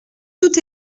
tout